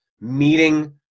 meeting